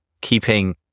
keeping